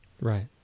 Right